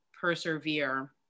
persevere